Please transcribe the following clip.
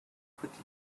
quickly